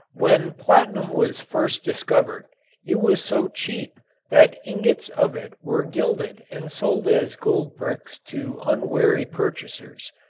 when platinum was first discovered it was so cheap that ingots of it were gilded and sold as gold bricks to unwary purchasers.